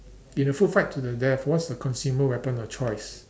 in a food fight to the death what's the consumer weapon of choice